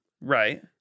Right